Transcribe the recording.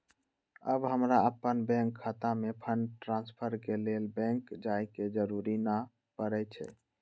अब हमरा अप्पन बैंक खता में फंड ट्रांसफर के लेल बैंक जाय के जरूरी नऽ परै छइ